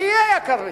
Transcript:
שיהיה יקר בתל-אביב.